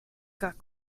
got